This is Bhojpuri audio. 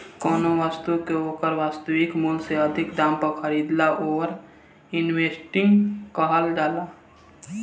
कौनो बस्तु के ओकर वास्तविक मूल से अधिक दाम पर खरीदला ओवर इन्वेस्टिंग कहल जाला